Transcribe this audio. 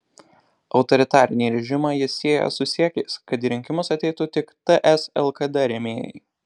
autoritarinį režimą jis sieja su siekiais kad į rinkimus ateitų tik ts lkd rėmėjai